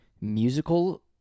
musical